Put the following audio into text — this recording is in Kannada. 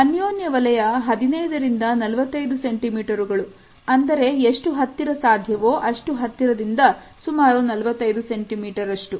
ಅನ್ಯೋನ್ಯ ವಲಯ 15 ರಿಂದ 45 ಸೆಂಟಿಮೀಟರು ಗಳು ಅಂದರೆ ಎಷ್ಟು ಹತ್ತಿರ ಸಾಧ್ಯವೋ ಅಷ್ಟು ರಿಂದ ಸುಮಾರು 45 ಸೆಂಟಿಮೀಟರ್ ಅಷ್ಟು